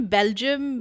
Belgium